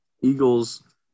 Eagles